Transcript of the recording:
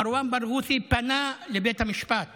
מרואן ברגותי פנה לבית המשפט